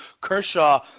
Kershaw